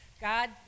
God